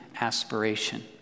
aspiration